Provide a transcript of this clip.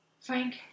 Frank